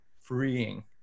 freeing